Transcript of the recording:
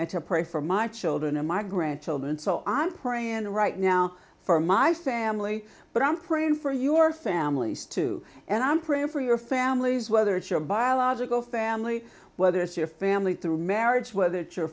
and to pray for my children and my grandchildren so i'm praying right now for my family but i'm praying for your families too and i'm praying for your families whether it's your biological family whether it's your family through marriage whether